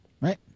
right